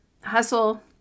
hustle